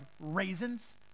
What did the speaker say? raisins